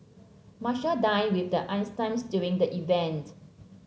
Marshall dined with Einstein during the event